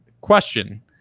question